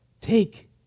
take